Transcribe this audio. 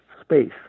space